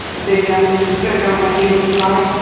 big enough to stretch out my hand inside,